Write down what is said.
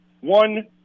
One